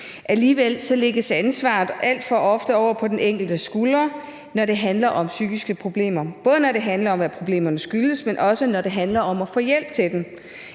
Alligevel lægges ansvaret alt for ofte over på den enkeltes skuldre, når det handler om psykiske problemer; både når det handler om, hvad problemerne skyldes, men også når det handler om at få hjælp til dem.